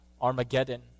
Armageddon